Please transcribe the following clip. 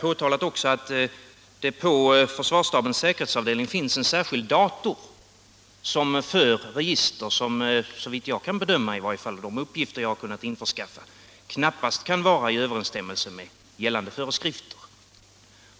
Nu har jag också påtalat att det på försvarsstabens säkerhetsavdelning finns en särskild dator som för register som såvitt jag kan bedöma, i alla fall med ledning av de uppgifter som jag har kunnat införskaffa, knappast kan vara i överensstämmelse med gällande föreskrifter.